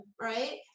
right